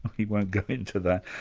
we won't go into that.